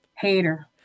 Hater